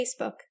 Facebook